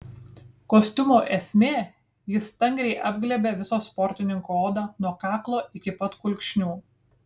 kostiumo esmė jis stangriai apglėbia visą sportininko odą nuo kaklo iki pat kulkšnių